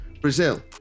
Brazil